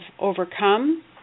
overcome